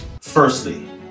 firstly